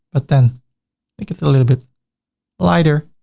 but then make it a little bit lighter